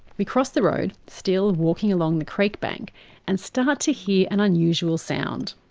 we cross the road, still walking along the creekbank and start to hear an unusual sound.